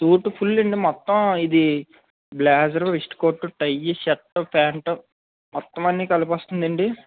suit full అండి మొత్తం ఇది blazer wrist coat tie shirt pant మొత్తం అన్ని కలిపి వస్తుంది అండి